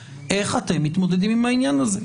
איך אתם מתמודדים עם העניין הזה.